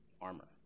armor